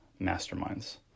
masterminds